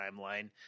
timeline